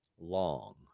long